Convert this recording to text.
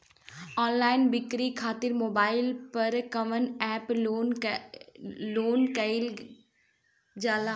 Online बिक्री खातिर mobile पर कवना एप्स लोन कईल जाला?